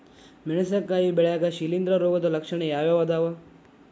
ಮೆಣಸಿನಕಾಯಿ ಬೆಳ್ಯಾಗ್ ಶಿಲೇಂಧ್ರ ರೋಗದ ಲಕ್ಷಣ ಯಾವ್ಯಾವ್ ಅದಾವ್?